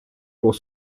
pour